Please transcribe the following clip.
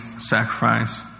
sacrifice